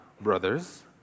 brothers